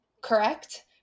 correct